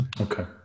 Okay